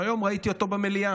היום ראיתי אותו במליאה.